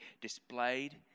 displayed